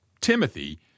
Timothy